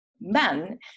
men